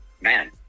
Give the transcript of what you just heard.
man